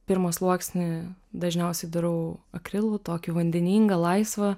pirmą sluoksnį dažniausiai darau akrilu tokį vandeningą laisvą